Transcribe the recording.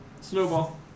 Snowball